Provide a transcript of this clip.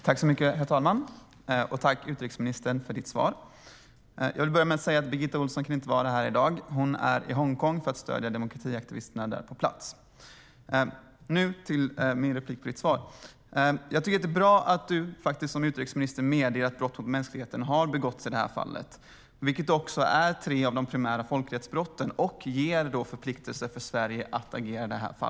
Herr talman! Tack, utrikesministern, för svaret! Birgitta Ohlsson kan inte vara här i dag eftersom hon är i Hongkong för att stödja demokratiaktivisterna där på plats. Nu går jag över till mitt inlägg i fråga om utrikesministerns svar. Det är bra att utrikesministern medger att brott mot mänskligheten har begåtts i det här fallet, vilket också är tre av de primära folkrättsbrotten och ger förpliktelser för Sverige att agera. Det är bra.